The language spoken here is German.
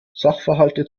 sachverhalte